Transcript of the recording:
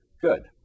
Good